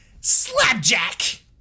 Slapjack